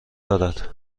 دارد